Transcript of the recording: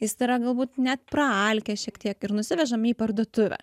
jis yra galbūt net praalkęs šiek tiek ir nusivežam jį į parduotuvę